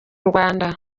rwanda